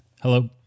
Hello